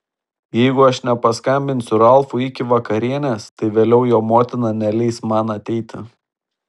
jeigu aš nepaskambinsiu ralfui iki vakarienės tai vėliau jo motina neleis man ateiti